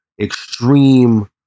extreme